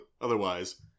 Otherwise